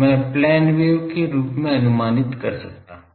मैं plane wave के रूप में अनुमानित कर सकता हूं